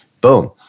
boom